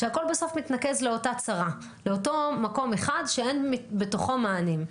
הכל בסוף מתנקז לאותה צרה: לאותו מקום אחד שאין בתוכו מענים.